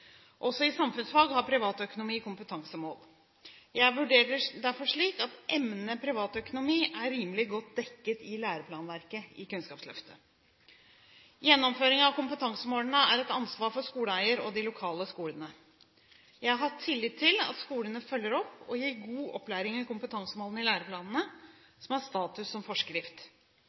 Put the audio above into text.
Også i samfunnsfag har privat økonomi kompetansemål. Jeg vurderer det derfor slik at emnet privat økonomi er rimelig godt dekket i læreplanverket for Kunnskapsløftet. Gjennomføringen av kompetansemålene er et ansvar for skoleeier og de lokale skolene. Jeg har tillit til at skolene følger opp og gir god opplæring i kompetansemålene i læreplanene, som har status som forskrift.